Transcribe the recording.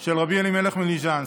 של רבי אלימלך מליז'נסק: